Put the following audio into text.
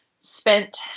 spent